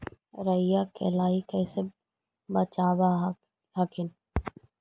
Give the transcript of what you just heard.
राईया के लाहि कैसे बचाब हखिन?